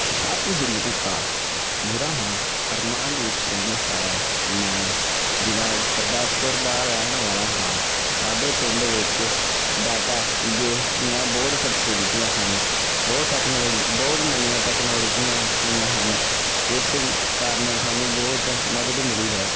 ਸਤਿ ਸ਼੍ਰੀ ਅਕਾਲ ਮੇਰਾ ਨਾਮ ਅਰਮਾਨਦੀਪ ਸਿੰਘ ਹੈ ਮੈਂ ਜ਼ਿਲ੍ਹਾ ਗੁਰਦਾਸਪੁਰ ਦਾ ਰਹਿਣ ਵਾਲਾ ਹਾਂ ਸਾਡੇ ਪਿੰਡ ਵਿੱਚ ਡਾਟਾ ਬੇਸ ਦੀਆਂ ਬਹੁਤ ਫਸਿਲਟੀਆਂ ਹਨ ਬਹੁਤ ਟੈਕਨੋਲ ਬਹੁਤ ਨਵੀਆਂ ਟੈਕਨੋਲਜੀ ਆਈਆਂ ਹਨ ਜਿਸ ਕਾਰਨ ਸਾਨੂੰ ਬਹੁਤ ਮਦਦ ਮਿਲੀ ਹੈ